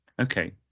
Okay